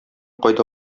кайда